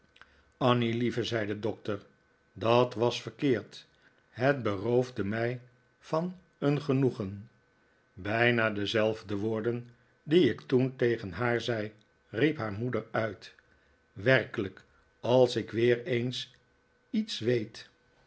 annie lieve zei de doctor dat was verkeerd het beroofde mij van een genoegen bijna dezelfde woorden die ik toen tegen haar zei riep haar moeder uit werkelijk als ik weer eens iets weet